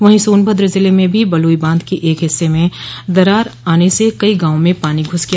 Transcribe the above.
वहीं सोनभद्र जिले में भी बलुई बांध के एक हिस्से में दरार आने से कई गांवों में पानी घुस गया